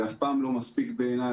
זה אף פעם לא מספיק לדעתי,